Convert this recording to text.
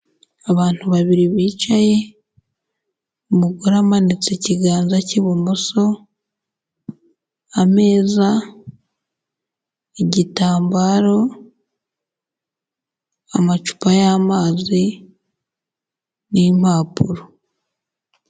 Abantu babiri bicaye, umugore amanitse ikiganza cy'ibumoso, ameza, igitambaro, amacupa y'amazi, n'impapuro.